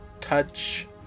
Touch